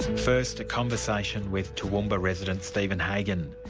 first, a conversation with toowoomba resident, stephen hagan.